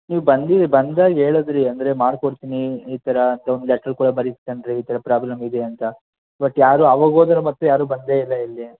ನೀವು ಬಂದು ಬಂದಾಗ ಹೇಳಿದ್ರಿ ಅಂದರೆ ಮಾಡಿಕೊಡ್ತೀನಿ ಈ ಥರ ತಮ್ಮ ಲೆಟ್ರು ಬರೆಸ್ಕಂಡ್ರಿ ಈ ಥರ ಪ್ರಾಬ್ಲಮ್ ಇದೆ ಅಂತ ಬಟ್ ಯಾರೂ ಅವಾಗ ಹೋದೋರು ಮತ್ತೆ ಯಾರೂ ಬಂದೇ ಇಲ್ಲ ಇಲ್ಲಿ